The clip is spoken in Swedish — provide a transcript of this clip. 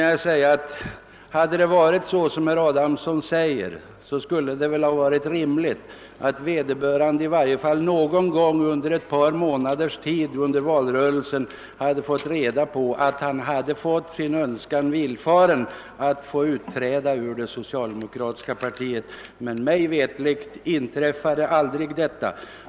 Hade det förhållit sig så som herr Adamsson säger, hade det väl varit rimligt att vederbörande i varje fall någon gång under ett par månaders tid under valrörelsen hade fått reda på att han hade fått sin önskan om att utträda ur det socialdemokratiska partiet villfaren, men mig veterligt inträffade aldrig något sådant.